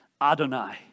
Adonai